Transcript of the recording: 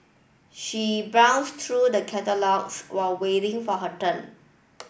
she browsed through the catalogues while waiting for her turn